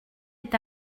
est